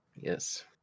Yes